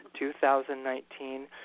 2019